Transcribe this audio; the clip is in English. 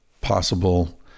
possible